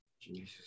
Jesus